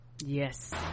yes